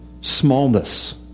smallness